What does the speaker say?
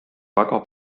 väga